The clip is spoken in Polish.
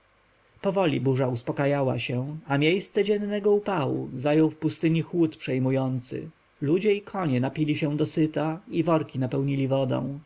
powoli burza uspakajała się a miejsce dziennego upału zajął w pustyni chłód przejmujący ludzie i konie napili się dosyta i worki napełnili wodą